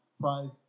prize